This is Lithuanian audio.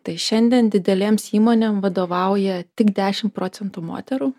tai šiandien didelėms įmonėm vadovauja tik dešim procentų moterų